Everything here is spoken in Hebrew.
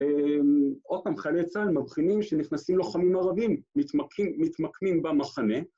עוד פעם, חיילי צה"ל מבחינים שנכנסים לוחמים ערבים, מתמקים... מתמקמים במחנה